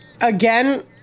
again